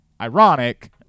ironic